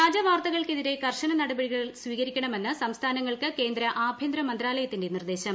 വ്യാജ വാർത്ത വ്യാജ വാർത്തകൾക്കെതിരെ കർശന നടപടികൾ സ്വീകരിക്കണമെന്ന് സംസ്ഥാനങ്ങൾക്ക് കേന്ദ്ര ആഭ്യന്തര മന്ത്രാലയത്തിന്റെ നിർദ്ദേശം